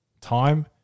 time